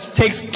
takes